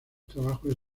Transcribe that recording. trabajos